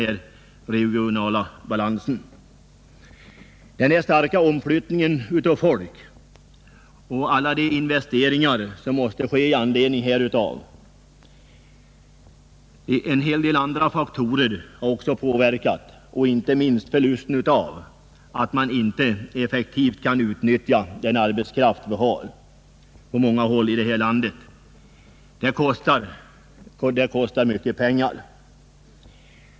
Faktorer som har inverkat är t.ex. den stora omflyttningen av arbetskraft och alla de investeringar som måste ske i anledning därav, förluster på grund av att man inte kan effektivt utnyttja den arbetskraft som finns på många håll i landet. Detta innebär stora kostnader.